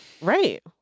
Right